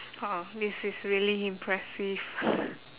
!wow! this is really impressive